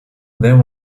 there